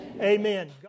Amen